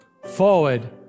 forward